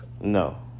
no